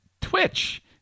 twitch